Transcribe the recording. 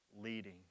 leading